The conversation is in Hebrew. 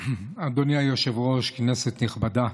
אדוני היושב-ראש, כנסת נכבדה,